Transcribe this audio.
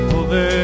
over